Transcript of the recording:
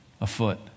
afoot